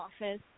office